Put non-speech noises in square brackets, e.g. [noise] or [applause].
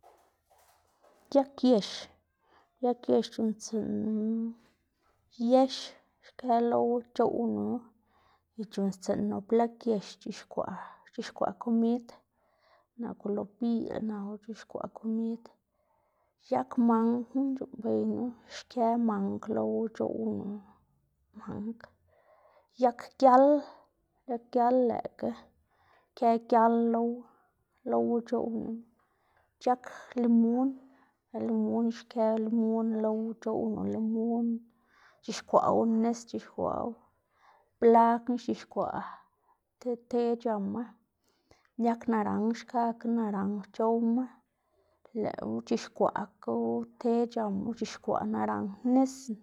[noise] yag yex, yag yex c̲h̲uꞌnntsima, yex xkë lowu c̲h̲oꞌwnu y c̲h̲uꞌnnstsiꞌnnu blag yex c̲h̲ixkwaꞌ c̲h̲ixkwaꞌ komid, naku lo biꞌl naku or c̲h̲ixkwaꞌ komid. Yag mangna c̲h̲uꞌnnbeynu xkë mang lowu c̲h̲oꞌwnu mang. Yag gial yag gial lëꞌkga xkëꞌ gial lowu lowu c̲h̲oꞌwnu. C̲h̲ag limun limun xkë limun lowu c̲h̲oꞌwnu limun, c̲h̲ixkwaꞌwu nis c̲h̲ixkwaꞌwu, blagna xc̲h̲ixkwaꞌ ti te c̲h̲ama. Yag naranj kakga naranj c̲h̲owma lëꞌwu c̲h̲ixkwaꞌkgu te c̲h̲amu, c̲h̲ixkwaꞌ naranj nisna.